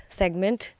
segment